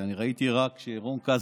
אני ראיתי רק שרון כץ,